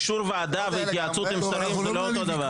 אישור ועדה והתייעצות עם שרים זה לא אותו דבר.